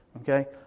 Okay